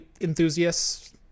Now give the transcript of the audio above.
enthusiasts